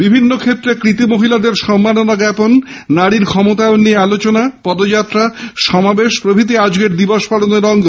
বিভিন্ন ক্ষেত্রে কৃতি মহিলাদের সম্মাননা জ্ঞাপন নারীর ক্ষমতায়ন নিয়ে আলোচনা পদযাত্রা সমাবেশ প্রভৃতি আজকের দিবস পালনের অঙ্গ